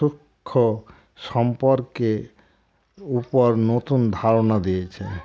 সুক্ষ্ম সম্পর্কে উপর নতুন ধারণা দিয়েছে